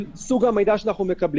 דוחות לא יהיו, קנסות לא יהיו.